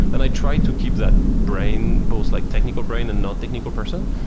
and i try to keep that brain both like technical brain and non-technical person.